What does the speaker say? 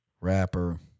rapper